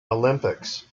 olympics